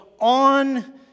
On